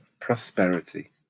prosperity